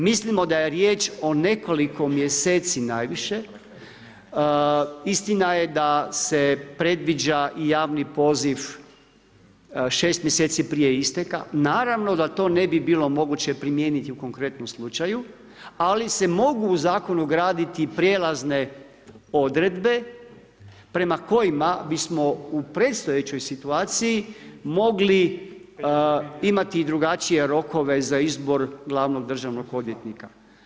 Mislimo da je riječ o nekoliko mjeseci najviše, istina je da se predviđa javni poziv 6 mjeseci prije isteka, naravno da to ne bi bilo moguće primijeniti u konkretnom slučaju, ali se mogu u zakon ugraditi prijelazne odredbe prema kojima bi smo u predstojećoj situaciji mogli imati i drugačije rokove za izbor glavnog državnog odvjetnika.